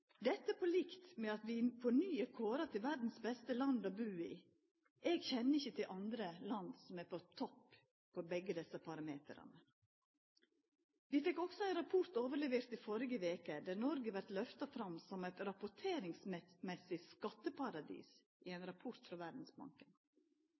Dette kjem på likt med at vi på ny er kåra til verdas beste land å bu i. Eg kjenner ikkje til andre land som er på topp på begge desse parametrane. Vi fekk overlevert ein rapport i førre veke der Noreg vart lyfta fram som eit rapporteringsmessig skatteparadis. Det var ein rapport frå Verdsbanken. I